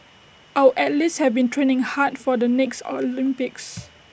our athletes have been training hard for the next Olympics